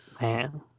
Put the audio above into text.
Man